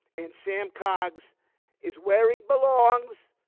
and sam coggs is where he belongs,